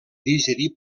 digerir